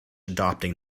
adopting